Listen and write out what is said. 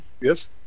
Yes